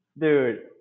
Dude